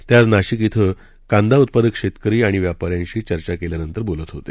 ते आज नाशिक इथं कांदा उत्पादक शेतकरी आणि व्यापारी यांच्याशी चर्चा केल्यानंतर बोलत होते